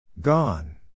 Gone